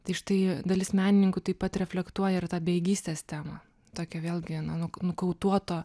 tai štai dalis menininkų taip pat reflektuoja ir tą bejėgystės temą tokią vėlgi na nu nokautuoto